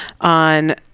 on